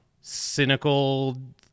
cynical